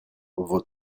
vos